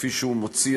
כפי שהוא מציע,